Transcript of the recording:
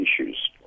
issues